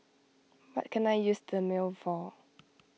what can I use Dermale for